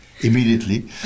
immediately